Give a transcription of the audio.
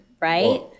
right